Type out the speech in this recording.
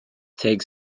take